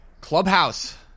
Clubhouse